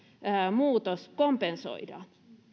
muutos kompensoidaan